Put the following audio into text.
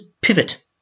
pivot